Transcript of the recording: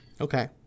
Okay